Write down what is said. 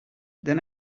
then